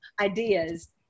ideas